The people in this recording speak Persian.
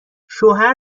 شوهر